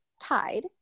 tied